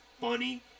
funny